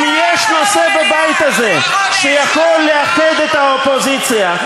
אם יש נושא בבית הזה שיכול לאחד את האופוזיציה,